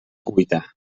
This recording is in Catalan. cuita